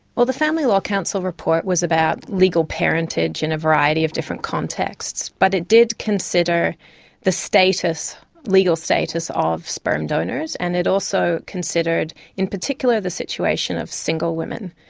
well, the family law council report was about legal parentage in a variety of different contexts. but it did consider the legal status of sperm donors, and it also considered in particular the situation of single women.